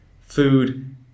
food